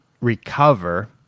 recover